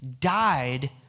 died